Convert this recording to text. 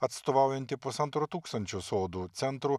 atstovaujanti pusantro tūkstančio sodų centrų